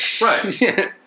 Right